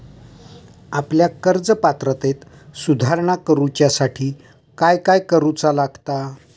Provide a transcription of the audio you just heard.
आपल्या कर्ज पात्रतेत सुधारणा करुच्यासाठी काय काय करूचा लागता?